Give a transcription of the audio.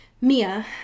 Mia